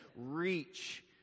reach